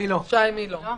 שי מילוא,